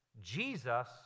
Jesus